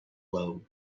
low